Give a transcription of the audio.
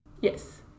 Yes